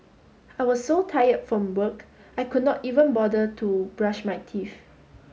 I was so tired from work I could not even bother to brush my teeth